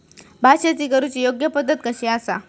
भात शेती करुची योग्य पद्धत कशी आसा?